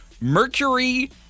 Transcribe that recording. mercury